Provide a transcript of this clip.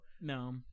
No